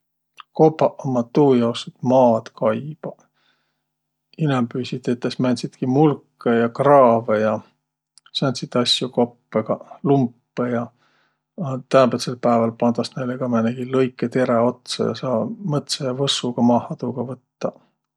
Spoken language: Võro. Kopaq ummaq tuujaos, et maad kaibaq. Inämbüisi tetäs määntsitki mulkõ ja kraavõ ja sääntsit asjo koppõgaq. Lumpõ ja. A täämbätsel pääväl pandas näile ka määnegi lõikõterä otsa ja saa mõtsa ja võssu ka tuuga maaha võttaq.